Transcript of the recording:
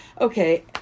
Okay